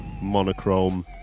Monochrome